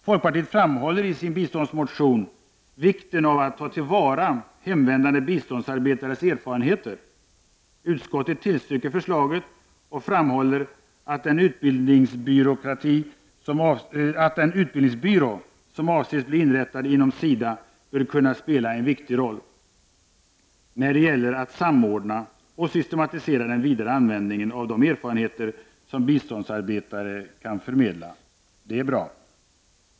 Folkpartiet framhåller i sin biståndsmotion vikten av att ta till vara hemvändande biståndsarbetares erfarenheter. Utskottet tillstyrker förslaget och framhåller att den utbildningsbyrå som avses bli inrättad inom SIDA bör kunna spela en viktig roll när det gäller att samordna och systematisera den vidare användningen av de erfarenheter som biståndsarbetare kan förmedla. Det är bra.